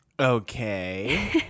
Okay